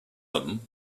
them